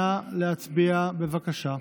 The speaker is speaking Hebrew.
נא להצביע, בבקשה.